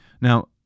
Now